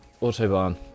Autobahn